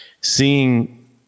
seeing